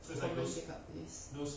for those pickup place